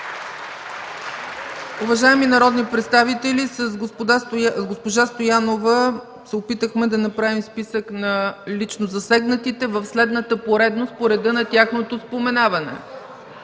Уважаеми народни представители, с госпожа Стоянова се опитахме да направим списък на лично засегнатите в следната поредност, по реда на тяхното споменаване: